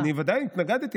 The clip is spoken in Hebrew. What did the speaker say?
אני, ודאי, התנגדתי.